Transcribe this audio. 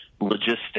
logistics